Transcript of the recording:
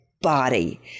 body